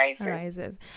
arises